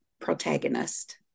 protagonist